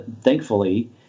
thankfully